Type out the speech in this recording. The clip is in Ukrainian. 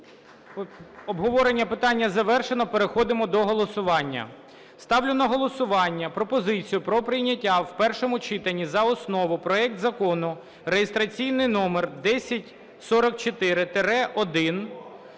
Обговорення питання завершено. Переходимо до голосування. Ставлю на голосування пропозицію про прийняття в першому читанні за основу проект Закону (реєстраційний номер 1044-1)